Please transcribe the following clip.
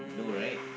no right